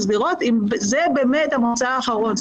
לראות אם זה באמת המוצא האחרון.